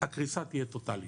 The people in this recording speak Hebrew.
הקריסה תהיה טוטאלית.